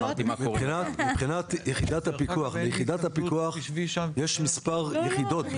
מבחינת יחידת הפיקוח: ביחידת הפיקוח יש מספר יחידות.